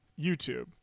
YouTube